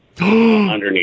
underneath